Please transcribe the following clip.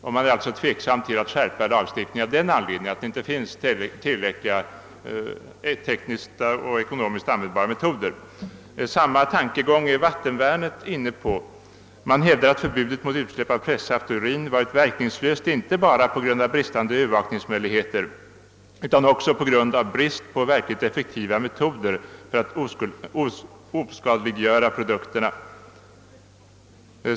Man ställer sig därför tveksam inför en skärpning av lagstiftningen. Vattenvärnet är inne på samma tankegång. Man hävdar att förbudet mot utsläpp av pressaft och av urin varit verkningslöst inte bara på grund av bristande övervakningsmöjligheter utan också av brist på verkligt effektiva metoder för att oskadliggöra produkterna.